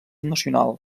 nacional